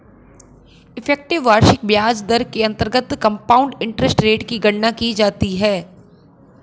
effective वार्षिक ब्याज दर के अंतर्गत कंपाउंड इंटरेस्ट रेट की गणना की जाती है